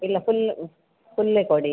ಇಲ್ಲ ಫುಲ್ ಫುಲ್ಲೇ ಕೊಡಿ